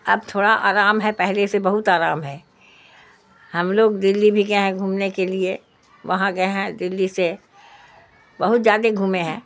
اب تھوڑا آرام ہے پہلے سے بہت آرام ہے ہم لوگ دلّی بھی گئے ہیں گھومنے کے لیے وہاں گئے ہیں دلّی سے بہت زیادہ گھومے ہیں